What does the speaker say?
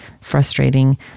frustrating